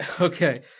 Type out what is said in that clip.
Okay